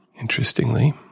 interestingly